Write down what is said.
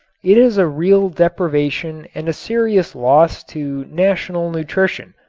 it is a real deprivation and a serious loss to national nutrition.